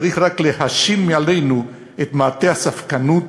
צריך רק להשיל מעלינו את מעטה הספקנות,